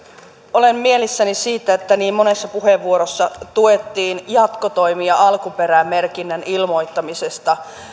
olen mielissäni siitä että niin monessa puheenvuorossa tuettiin jatkotoimia alkuperämerkinnän ilmoittamisesta